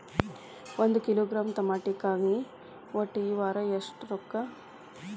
ಒಂದ್ ಕಿಲೋಗ್ರಾಂ ತಮಾಟಿಕಾಯಿ ಒಟ್ಟ ಈ ವಾರ ಎಷ್ಟ ರೊಕ್ಕಾ?